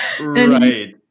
Right